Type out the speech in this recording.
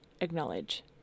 acknowledge